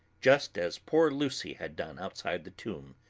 just as poor lucy had done outside the tomb,